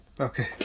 Okay